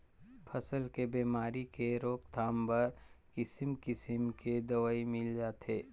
फसल के बेमारी के रोकथाम बर किसिम किसम के दवई मिल जाथे